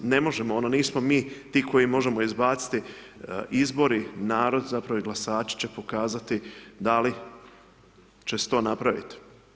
Ne možemo nismo mi ti koji mož3mo izbaciti, izbori, narod zapravo i glasaći će pokazati da li že se to napraviti.